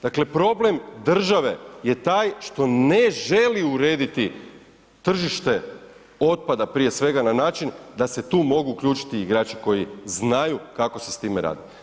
Dakle problem države je taj što ne želi urediti tržište otpada prije svega na način da se tu mogu uključiti igrači koji znaju kako se sa time radi.